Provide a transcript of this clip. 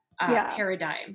paradigm